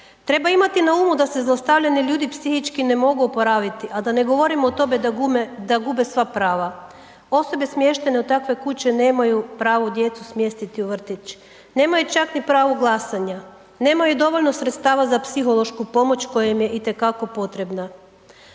treba imati na umu da se zlostavljanje ljudi psihički ne mogu oporaviti, a da ne govorimo o tome da gume, da gube sva prava, osobe smještene u takve kuće nemaju pravo djecu smjestiti u vrtić, nemaju čak ni pravo glasanja, nemaju dovoljno sredstava za psihološku pomoć koja im je itekako potrebna.